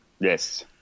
Yes